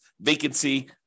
vacancy